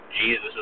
Jesus